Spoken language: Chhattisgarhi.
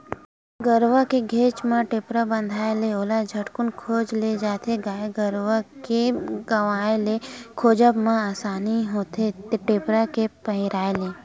गरुवा के घेंच म टेपरा बंधाय ले ओला झटकून खोज ले जाथे गाय गरुवा के गवाय ले खोजब म असानी होथे टेपरा के पहिराय ले